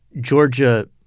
Georgia